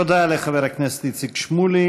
תודה לחבר הכנסת איציק שמולי.